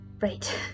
Right